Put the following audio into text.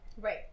Right